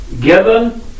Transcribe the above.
Given